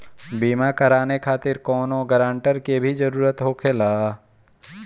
बीमा कराने खातिर कौनो ग्रानटर के भी जरूरत होखे ला?